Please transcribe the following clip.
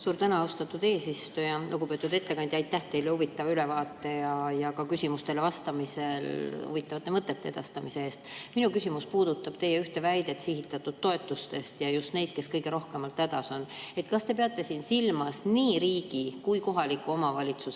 Suur tänu, austatud eesistuja! Lugupeetud ettekandja, aitäh teile huvitava ülevaate ja ka küsimustele vastamisel huvitavate mõtete edastamise eest! Minu küsimus puudutab teie ühte väidet sihitatud toetuste kohta just neile, kes kõige rohkem hädas on. Kas te peate siin silmas nii riigi kui kohaliku omavalitsuse